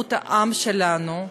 לשלמות העם שלנו,